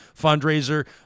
fundraiser